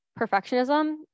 perfectionism